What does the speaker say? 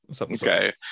Okay